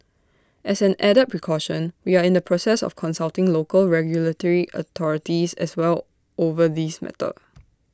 as an added precaution we are in the process of consulting local regulatory authorities as well over this matter